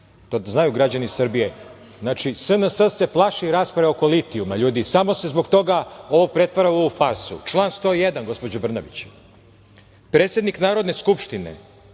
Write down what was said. da znaju građani Srbije. Znači, SNS se plaši rasprave oko litijuma, ljudi. Samo se zbog toga ovo pretvara u ovu farsu. Član 101, gospođo Brnabić: „Predsednik Narodne skupštine